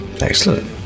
excellent